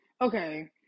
okay